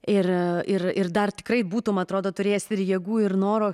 ir ir ir dar tikrai būtumei atrodo turėjęs ir jėgų ir noro